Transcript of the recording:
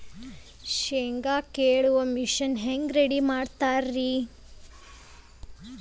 ಶೇಂಗಾ ಕೇಳುವ ಮಿಷನ್ ಹೆಂಗ್ ರೆಡಿ ಮಾಡತಾರ ರಿ?